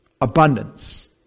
Abundance